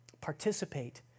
participate